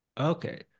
okay